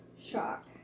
shock